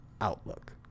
outlook